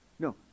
No